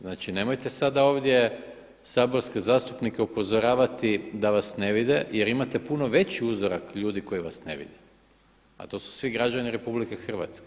Znači nemojte sada ovdje saborske zastupnike upozoravati da vas ne vide jer imate puno veći uzorak ljudi koji vas ne vide, a to su svi građani RH.